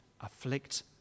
afflict